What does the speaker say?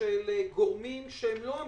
של גורמים שהם לא המדינה,